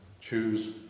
choose